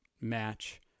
match